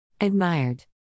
Admired